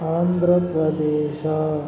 Andhra Pradesh